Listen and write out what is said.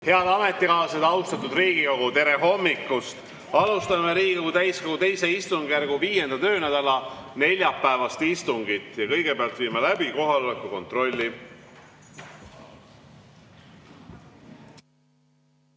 Head ametikaaslased, austatud Riigikogu! Tere hommikust! Alustame Riigikogu täiskogu II istungjärgu 5. töönädala neljapäevast istungit. Kõigepealt viime läbi kohaloleku kontrolli.